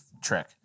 trick